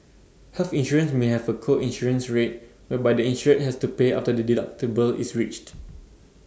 health insurance may have A co insurance rate whereby the insured has to pay after the deductible is reached